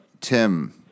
Tim